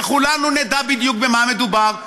וכולנו נדע בדיוק במה מדובר,